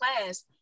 class